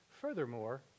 Furthermore